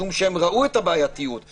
יש ריקבון מהשורש.